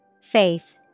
Faith